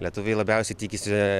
lietuviai labiausiai tikisi